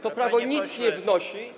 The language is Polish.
To prawo nic nie wnosi.